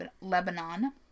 Lebanon